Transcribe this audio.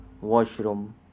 washroom